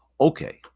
Okay